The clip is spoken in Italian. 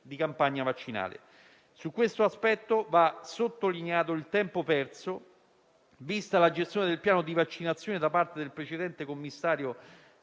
di campagna vaccinale. Su questo aspetto va sottolineato il tempo perso, vista la gestione del piano di vaccinazione da parte del precedente commissario